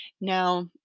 Now